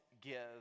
give